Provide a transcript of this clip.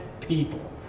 people